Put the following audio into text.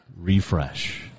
refresh